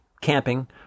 Camping